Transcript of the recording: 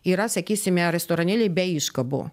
yra sakysime restoranėliai be iškabų